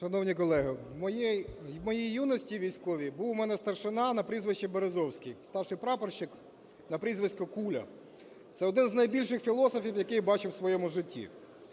Шановні колеги, в моїй юності військовій був в мене старшина на прізвище Березовський, старший прапорщик на прізвисько "Куля". Це один з найбільших філософів, яких я бачив в своєму житті.